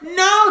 no